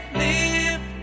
live